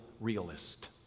realist